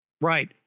Right